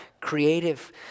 creative